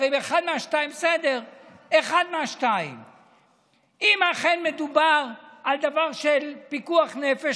הרי אחת מהשתיים: אם אכן מדובר על דבר של פיקוח נפש,